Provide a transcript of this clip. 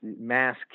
mass